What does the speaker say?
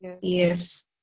Yes